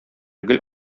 гел